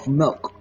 milk